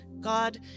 God